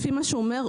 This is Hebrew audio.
לפי מה שהוא אומר,